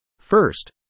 First